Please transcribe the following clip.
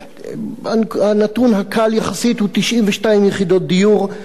הנתון הקל יחסית הוא 92 יחידות דיור במעלה-אדומים,